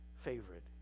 favorite